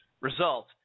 result